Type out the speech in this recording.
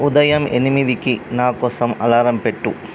ఉదయం ఎనిమిదికి నా కోసం అలారం పెట్టు